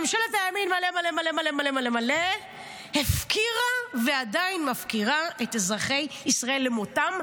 ממשלת הימין מלא מלא מלא הפקירה ועדיין מפקירה את אזרחי ישראל למותם.